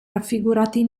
raffigurati